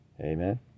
amen